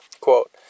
Quote